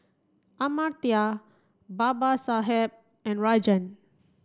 Amartya Babasaheb and Rajan